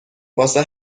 واسه